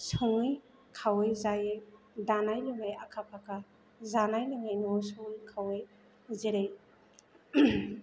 सङै खावै जायो दानाय लुनाय आखा फाखा जानाय लोंनाय न'आव सङै खावै जेरै